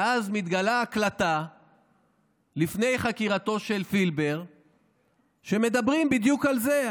ואז מתגלה הקלטה לפני חקירתו של פילבר שמדברים בדיוק על זה,